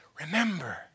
Remember